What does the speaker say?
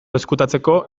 ezkutatzeko